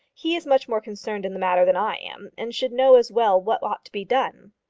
he is much more concerned in the matter than i am, and should know as well what ought to be done.